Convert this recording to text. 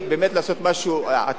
לעשות משהו עתידי,